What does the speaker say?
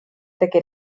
tegi